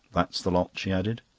that's the lot, she added.